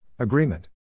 Agreement